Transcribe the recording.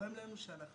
וגורם לנו שאנחנו